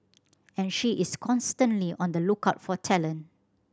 and she is constantly on the lookout for talent